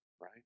right